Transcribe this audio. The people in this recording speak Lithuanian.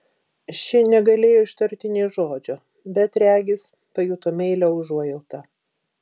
ši negalėjo ištarti nė žodžio bet regis pajuto meilią užuojautą